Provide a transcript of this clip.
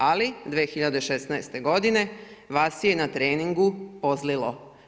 Ali 2016. godine Vasi je na treningu pozlilo.